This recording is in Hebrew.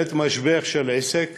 בעת משבר בעסק